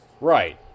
Right